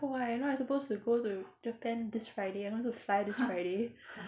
eh you know I supposed to go to japan this friday I supposed to fly this friday